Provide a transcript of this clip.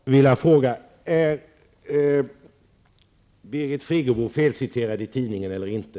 Fru talman! Jag skulle bara vilja fråga om Birgit Friggebo är felciterad i tidningen eller inte.